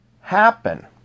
happen